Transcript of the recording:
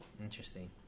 Interesting